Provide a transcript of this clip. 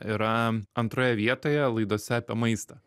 yra antroje vietoje laidose apie maistą